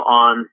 on